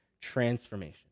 transformation